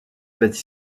bâti